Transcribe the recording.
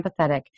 empathetic